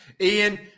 Ian